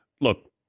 Look